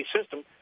system